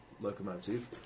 locomotive